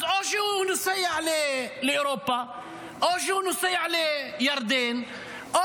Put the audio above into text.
אז או שהוא נוסע לאירופה או שהוא נוסע לירדן או